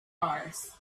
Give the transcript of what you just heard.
mars